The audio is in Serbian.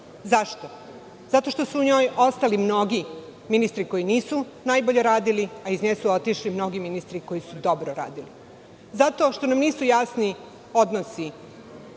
Zašto? Zato što su u njoj ostali mnogi ministri koji nisu najbolje radili, a iz nje su otišli mnogi ministri koji su dobro radili. Zato što nam nisu jasni odnosi